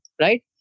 right